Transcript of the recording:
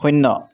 শূণ্য়